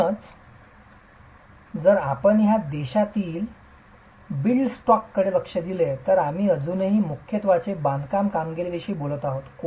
म्हणूनच जर आपण या देशातील बिल्ड स्टॉक कडे लक्ष दिले तर आम्ही अजूनही मुख्यत्वे बांधकामांच्या कामगिरीविषयी बोलत आहोत